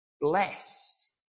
Blessed